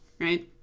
right